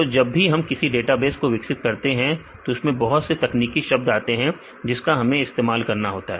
तो जब भी हम किसी डेटाबेस को विकसित करते हैं तो उसने बहुत से तकनीकी शब्द आते हैं जिसका हम इस्तेमाल करते हैं